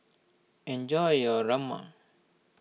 enjoy your Rajma